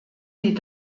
die